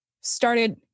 started